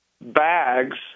bags